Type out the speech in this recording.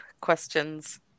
questions